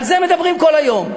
על זה מדברים כל היום,